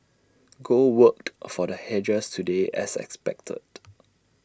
gold worked for the hedgers today as expected